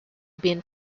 been